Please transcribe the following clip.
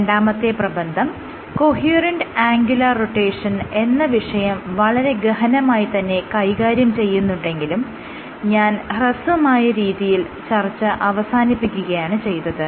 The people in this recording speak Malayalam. രണ്ടാമത്തെ പ്രബന്ധം കൊഹ്യറൻറ് ആംഗുലാർ റൊട്ടേഷൻ എന്ന വിഷയം വളരെ ഗഹനമായി തന്നെ കൈകാര്യം ചെയ്യുന്നുണ്ടെങ്കിലും ഞാൻ ഹ്രസ്വമായ രീതിയിൽ ചർച്ച അവസാനിപ്പിക്കുകയാണ് ചെയ്തത്